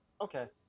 Okay